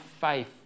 faith